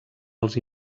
els